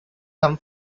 come